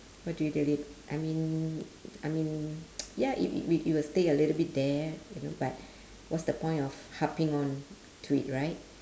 what do you delete I mean I mean ya it it wi~ it will stay a little bit there you know but what's the point of harping onto it right